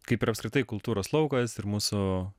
kaip ir apskritai kultūros laukas ir mūsų